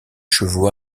chevaux